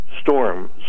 storms